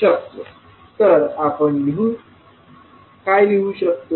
तर आपण काय लिहू शकतो